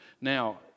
now